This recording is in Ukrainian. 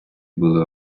були